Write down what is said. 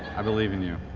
i believe in you.